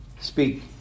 Speak